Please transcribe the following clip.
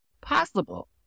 possible